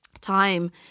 time